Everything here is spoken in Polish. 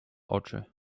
oczy